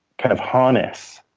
kind of harness